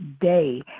day